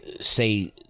say